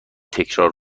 تکرار